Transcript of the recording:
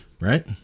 right